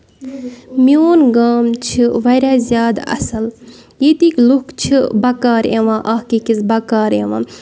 میون گام چھُ واریاہ زیادٕ اَصٕل ییٚتِکۍ لُکھ چھِ بکار یِوان اکھ أکِس بَکار یِوان